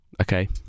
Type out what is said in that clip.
Okay